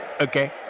Okay